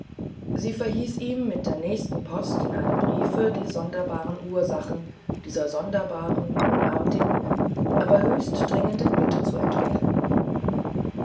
sie verhieß ihm mit nächster post in einem briefe die sonderbaren ursachen dieser sonderbaren unartigen aber höchst dringenden bitte zu entwickeln